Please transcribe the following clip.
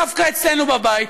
דווקא אצלנו בבית,